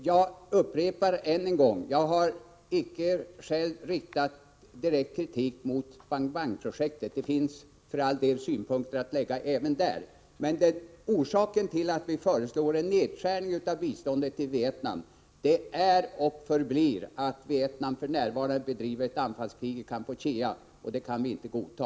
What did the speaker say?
Jag upprepar än en gång: Jag har själv icke riktat direkt kritik mot Bai Bang-projektet, det finns för all del synpunkter att anlägga även där, men orsaken till att vi föreslår en nedskärning av biståndet till Vietnam är och förblir att Vietnam för närvarande bedriver ett anfallskrig i Kampuchea. Det kan vi inte godta.